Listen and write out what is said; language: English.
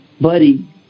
Buddy